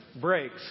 breaks